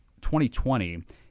2020